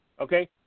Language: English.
okay